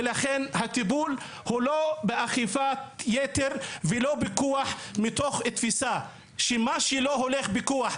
ולכן הטיפול הוא לא באכיפת יתר ולא בכוח מתוך תפיסה שמה שלא הולך בכוח,